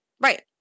Right